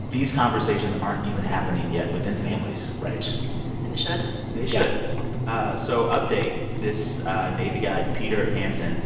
these conversations aren't even happening yet within families right and it should they should yeah ah so update this navy guy pieter hanson